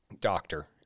doctor